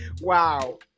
Wow